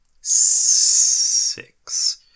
Six